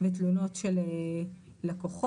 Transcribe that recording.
מתלונות של לקוחות,